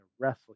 wrestling